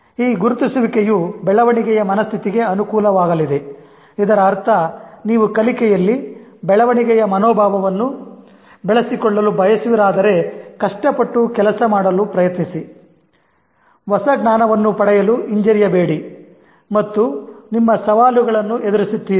ಈ ಗುರುತಿಸುವಿಕೆಯು ಬೆಳವಣಿಗೆಯ ಮನಸ್ಥಿತಿಗೆ ಅನುಕೂಲವಾಗಲಿದೆ ಇದರ ಅರ್ಥ ನೀವು ಕಲಿಕೆಯಲ್ಲಿ ಬೆಳವಣಿಗೆಯ ಮನೋಭಾವವನ್ನು ಬೆಳೆಸಿಕೊಳ್ಳಲು ಬಯಸುವಿರಾದರೆ ಕಷ್ಟಪಟ್ಟು ಕೆಲಸ ಮಾಡಲು ಪ್ರಯತ್ನಿಸಿ ಹೊಸ ಜ್ಞಾನವನ್ನು ಪಡೆಯಲು ಹಿಂಜರಿಯಬೇಡಿ ಮತ್ತು ನಿಮ್ಮ ಸವಾಲುಗಳನ್ನು ಎದುರಿಸುತ್ತಿರಿ